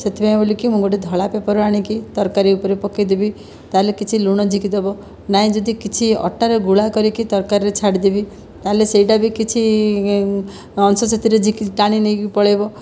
ସେଥିପାଇଁ ବୋଲିକି ମୁଁ ଗୋଟିଏ ଧଳା ପେପର ଆଣିକି ତରକାରୀ ଉପରେ ପକେଇଦେବି ତାହେଲେ କିଛି ଲୁଣ ଝିକି ଦେବ ନାଇଁ ଯଦି କିଛି ଅଟାରେ ଗୁଳା କରିକି ତରକାରୀରେ ଛାଡ଼ିଦେବି ତାହେଲେ ସେଇଟା ବି କିଛି ଅଂଶ ସେଥିରେ ଝିକି ଟାଣି ନେଇକି ପଳାଇବ